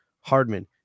Hardman